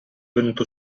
venuto